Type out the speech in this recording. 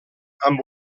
amb